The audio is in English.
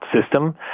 system